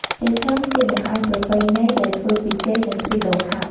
ចេកឆឹង ជាបង្អែមប្រពៃណីដែលធ្វើពី ចេក និងខ្ទិះដូងខាប់។